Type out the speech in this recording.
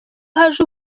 haje